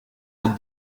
route